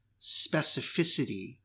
specificity